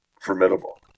formidable